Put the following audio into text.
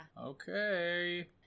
Okay